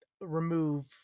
remove